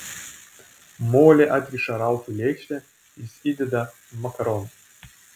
molė atkiša ralfui lėkštę jis įdeda makaronų